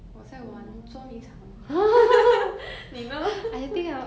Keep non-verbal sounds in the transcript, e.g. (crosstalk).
我在玩捉迷藏 (laughs) 你呢